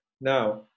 Now